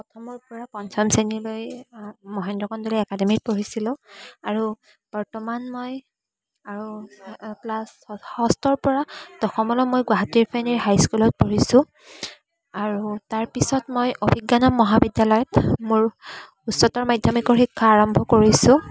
প্ৰথমৰপৰা পঞ্চম শ্ৰেণীলৈ মহেন্দ্ৰ কন্দলী একাডেমিত পঢ়িছিলোঁ আৰু বৰ্তমান মই আৰু ক্লাছ ষষ্ঠৰপৰা দশমলৈ মই গুৱাহাটীৰ ৰিফাইনেৰী হাইস্কুলত পঢ়িছোঁ আৰু তাৰপিছত মই অভিজ্ঞানম মহাবিদ্যালয়ত মোৰ উচ্চতৰ মাধ্যমিকৰ শিক্ষা আৰম্ভ কৰিছোঁ